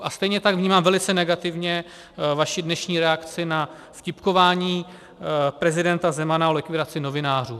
A stejně tak vnímám velice negativně vaši dnešní reakci na vtipkování prezidenta Zemana o likvidaci novinářů.